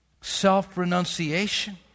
self-renunciation